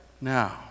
now